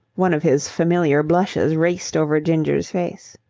one of his familiar blushes raced over ginger's face.